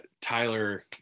Tyler